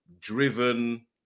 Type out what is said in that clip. driven